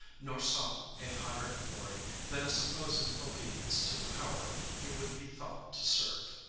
nor sought a higher glory than a supposed obedience to the power he would be thought to serve.